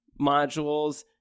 modules